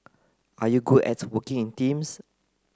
are you good at working in teams